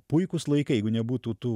puikūs laikai jeigu nebūtų tų